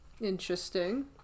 Interesting